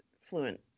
fluent